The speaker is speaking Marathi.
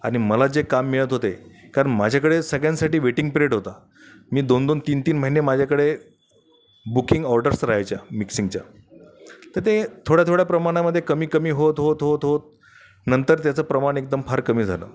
आणि मला जे काम मिळत होते कारण माझ्याकडे सगळ्यांसाठी वेटींग पिरियड होता मी दोनदोन तीनतीन महिने माझ्याकडे बुकिंग ऑर्डर्स रहायच्या मिक्सिंगच्या तर ते थोड्याथोड्या प्रमाणामध्ये कमी कमी होत होत होत होत नंतर त्याचं प्रमाण एकदम फार कमी झालं